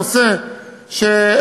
נושא ש,